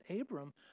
Abram